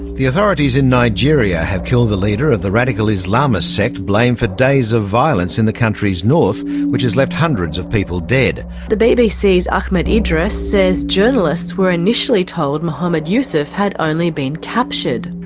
the authorities in nigeria have killed the leader of the radical radical islamist sect blamed for days of violence in the country's north which has left hundreds of people dead. the bbc's ahmed idris says journalists were initially told mohammed yusuf had only been captured.